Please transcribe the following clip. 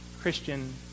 Christian